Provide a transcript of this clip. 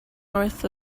north